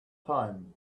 time